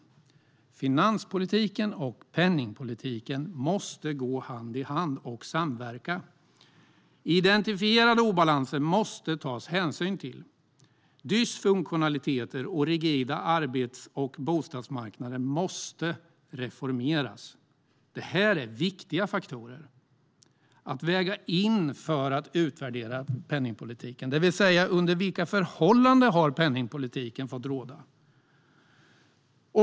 Finanspolitiken och penningpolitiken måste gå hand i hand och samverka. Identifierade obalanser måste tas hänsyn till. Dysfunktionaliteter och rigida arbets och bostadsmarknader måste reformeras. Detta är viktiga faktorer att väga in i en utvärdering av penningpolitiken, det vill säga under vilka förhållanden penningpolitiken har fått råda.